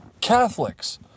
Catholics